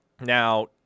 Now